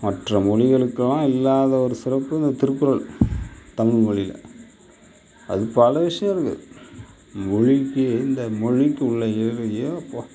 மற்ற மொழிகளுக்குலாம் இல்லாத ஒரு சிறப்பு இந்த திருக்குறள் தமிழ்மொழியில் அது பல விஷயம் இருக்கு மொழிக்கு இந்த மொழிக்கு உள்ள ஏ ஏ அப்பா